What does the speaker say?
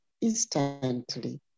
instantly